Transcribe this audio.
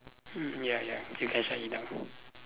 mm ya ya you can shut it down